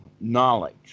knowledge